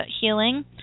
healing